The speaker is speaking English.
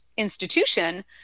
institution